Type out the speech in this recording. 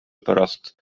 pärast